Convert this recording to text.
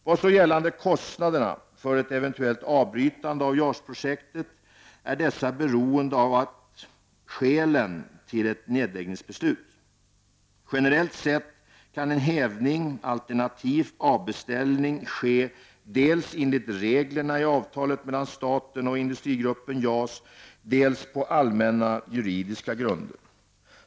Vad gäller kostnaderna för ett eventuellt avbrytande av JAS-projektet är dessa beroende av skälen till ett nedläggningsbeslut. Generellt sett kan en hävning alternativt avbeställning ske dels enligt reglerna i avtalet mellan staten och Industrigruppen JAS, dels på allmänna juridiska grunder.